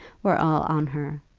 were all on her,